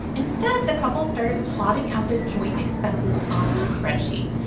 instead, the couple started plotting out their joint expenses on a spreadsheet.